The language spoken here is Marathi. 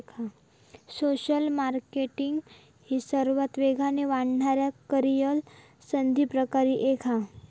सोशल मार्केटींग ही सर्वात वेगान वाढणाऱ्या करीअर संधींपैकी एक हा